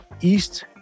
east